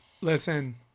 Listen